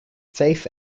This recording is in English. faith